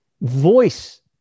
Voice